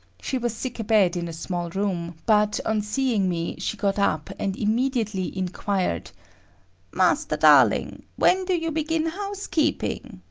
she was sick abed in a small room, but, on seeing me she got up and immediately inquired master darling, when do you begin housekeeping?